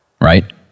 Right